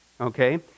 Okay